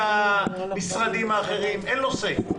לגבי נציגי המשרדים האחרים אין לו say.